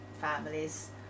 families